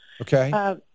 Okay